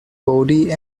body